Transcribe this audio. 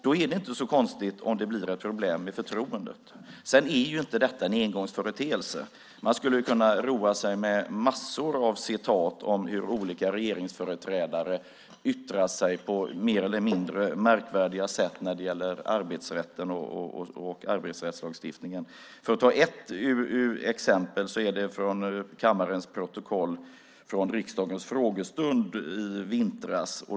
Då är det inte så konstigt om det blir problem med förtroendet. Detta är ju inte en engångsföreteelse. Man skulle kunna roa sig med massor av exempel på hur olika regeringsföreträdare yttrar sig på mer eller mindre märkvärdiga sätt när det gäller arbetsrätten och arbetsrättslagstiftningen. Jag har ett exempel ur kammarens protokoll från riksdagens frågestund i vintras.